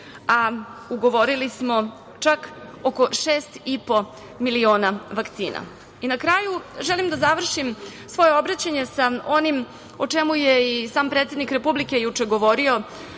a ugovorili smo čak oko 6,5 miliona vakcina. Na kraju želim da završim svoje obraćanje sa onim o čemu je i sam predsednik Republike juče govorio.